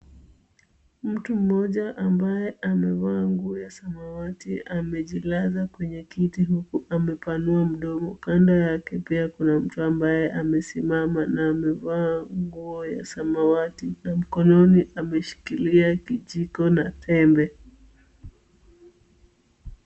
Mtu mmoja ambaye amevaa nguo ya samawati amejilaza kwenye kiti huku amepanua mdomo. Kando yake pia kuna mtu ambaye amesimama na amevaa nguo ya samawati, na mkononi ameshikilia kijiko na tembe.